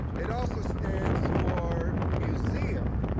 it also stands for museum,